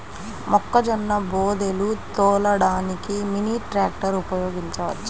మొక్కజొన్న బోదెలు తోలడానికి మినీ ట్రాక్టర్ ఉపయోగించవచ్చా?